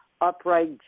upright